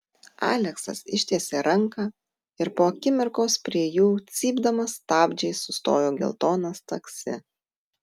aleksas ištiesė ranką ir po akimirkos prie jų cypdamas stabdžiais sustojo geltonas taksi